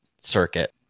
circuit